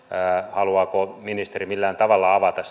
haluaako ministeri millään tavalla avata